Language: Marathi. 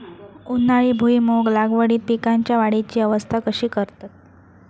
उन्हाळी भुईमूग लागवडीत पीकांच्या वाढीची अवस्था कशी करतत?